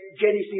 Genesis